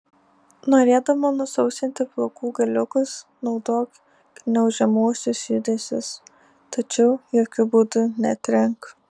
norėdama nusausinti plaukų galiukus naudok gniaužiamuosius judesius tačiau jokiu būdu netrink